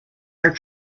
are